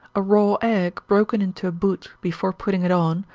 a raw egg broken into a boot, before putting it on,